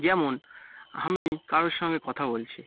যেমন আমি কারো সঙ্গে কথা বলছি